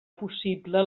possible